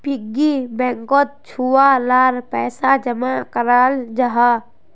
piggy बैंकोत छुआ लार पैसा जमा कराल जाहा